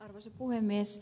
arvoisa puhemies